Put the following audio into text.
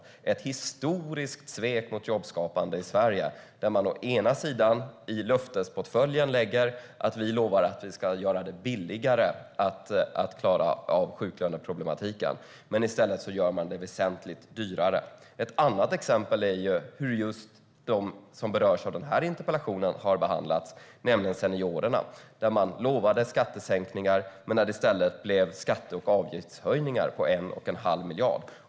Det är ett historiskt svek mot jobbskapande i Sverige, där man i löftesportföljen lägger uttalandet att man lovar att göra det billigare att klara av sjuklöneproblematiken. Men i stället gör man det väsentligt dyrare. Ett annat exempel är hur just de som berörs av den här interpellationen har behandlats, nämligen seniorerna. Man lovade skattesänkningar, men det blev i stället skatte och avgiftshöjningar på 1 1⁄2 miljard.